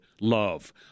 love